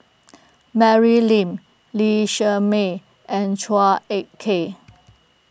Mary Lim Lee Shermay and Chua Ek Kay